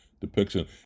depiction